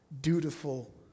dutiful